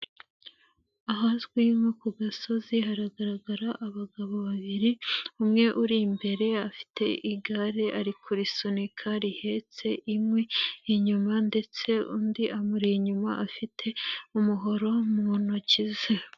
Ahazwi nko ku gasozi hagaragara abagabo babiri, umwe uri imbere, afite igare ari kurisunika rihetse inkwi inyuma ndetse undi amuri inyuma afite umuhoro mu ntoki ze.